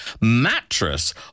mattress